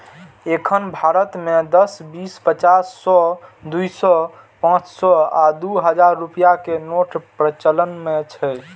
एखन भारत मे दस, बीस, पचास, सय, दू सय, पांच सय आ दू हजार रुपैया के नोट प्रचलन मे छै